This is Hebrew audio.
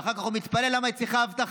ואחר כך הוא מתפלא למה היא צריכה אבטחה.